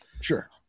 Sure